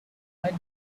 what